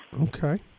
Okay